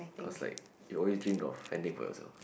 cause like you always dream of fending for yourself